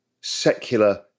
secular